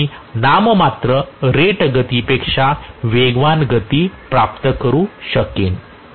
तरच मी नाममात्र रेट गतीपेक्षा वेगवान गती प्राप्त करू शकेन